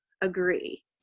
agree